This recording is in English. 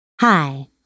Hi